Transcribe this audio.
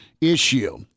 issue